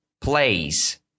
plays